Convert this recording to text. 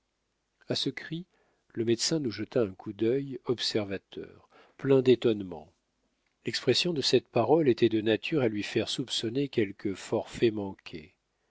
a ce cri le médecin nous jeta un coup d'œil observateur plein d'étonnement l'expression de cette parole était de nature à lui faire soupçonner quelque forfait